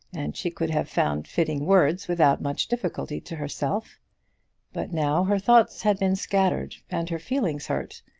and she could have found fitting words without much difficulty to herself but now her thoughts had been scattered and her feelings hurt,